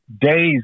days